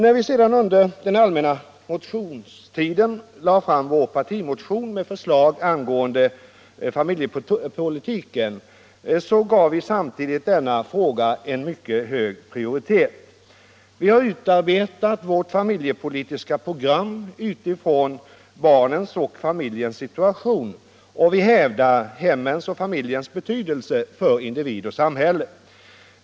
När vi i centern under den allmänna motionstiden lade fram vår partimotion med förslag angående familjepolitiken, gav vi samtidigt denna fråga hög prioritet. Vi har utarbetat vårt familjepolitiska program utifrån barnens och familjens situation, och vi hävdar hemmens och familjens betydelse för individ och samhälle.